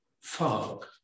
fog